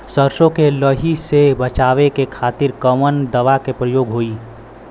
सरसो के लही से बचावे के खातिर कवन दवा के प्रयोग होई?